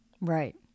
Right